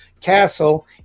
castle